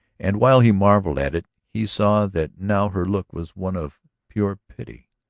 and while he marvelled at it, he saw that now her look was one of pure pity.